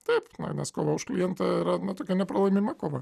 taip na nes kova už klientą yra na tokia nepralaimima kova